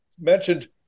mentioned